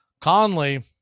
Conley